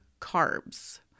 carbs